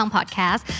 Podcast